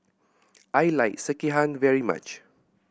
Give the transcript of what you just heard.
I like Sekihan very much